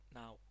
now